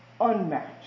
unmatched